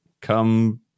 come